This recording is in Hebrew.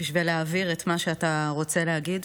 בשביל להעביר את מה שאתה רוצה להגיד.